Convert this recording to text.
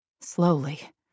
Slowly